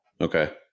Okay